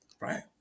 right